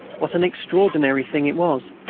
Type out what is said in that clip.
what an extraordinary thing it was!